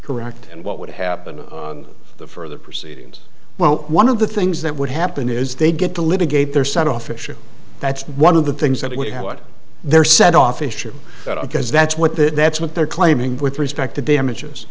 correct and what would happen the further proceedings well one of the things that would happen is they get to litigate their set off issue that's one of the things that we have what they're set off issue because that's what the that's what they're claiming with respect to damages